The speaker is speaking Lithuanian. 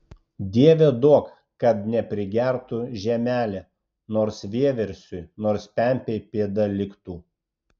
dieve duok kad neprigertų žemelė nors vieversiui nors pempei pėda liktų